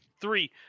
three